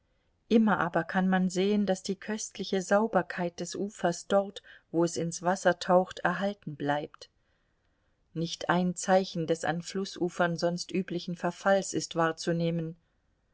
immer aber kann man sehen daß die köstliche sauberkeit des ufers dort wo es ins wasser taucht erhalten bleibt nicht ein zeichen des an flußufern sonst üblichen verfalls ist wahrzunehmen